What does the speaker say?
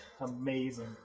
Amazing